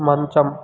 మంచం